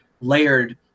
layered